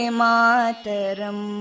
mataram